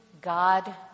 God